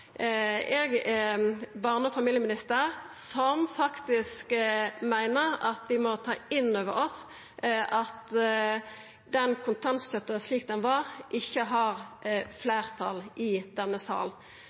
Eg er ein barne- og familieminister som meiner at vi må ta innover oss at kontantstøtta slik ho var, ikkje har